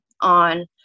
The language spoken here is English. on